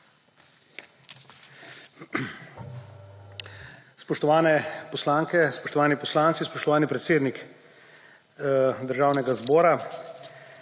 Spoštovane poslanke, spoštovani poslanci, spoštovani predsednik Državnega zbora!